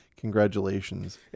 Congratulations